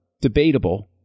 Debatable